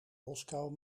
moskou